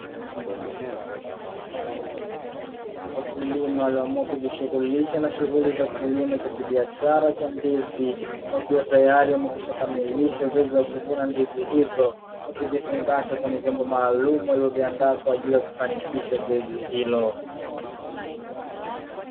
Wakulima walioamua kujishughulisha na shughuli za kilimo cha kibiashara cha ndizi wakiwa tayari wamekwisha kamilisha zoezi la kivuna ndizi hizo; Wakizifungasha kwenye vyombo maalumu walivyoviandaa kwa ajili ya kufanikisha zoezi hilo.